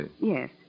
Yes